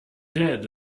dead